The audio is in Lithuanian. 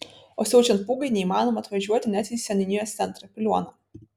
o siaučiant pūgai neįmanoma atvažiuoti net į seniūnijos centrą piliuoną